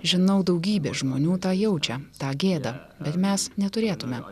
žinau daugybė žmonių tą jaučia tą gėdą bet mes neturėtume